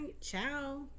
Ciao